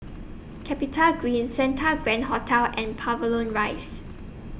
Capitagreen Santa Grand Hotel and Pavilion Rise